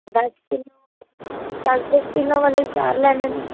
ਦਸ ਕਿਲੋ ਦਸ ਦਸ ਕਿਲੋ ਵਾਲੇ ਚਾਰ ਲੈਣੇ ਨੇ